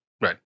Right